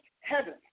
heaven